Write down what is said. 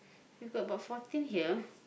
we've got about fourteen here